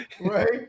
Right